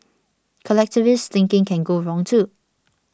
collectivist thinking can go wrong too